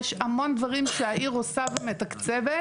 יש המון דברים שהעיר עושה ומתקצבת,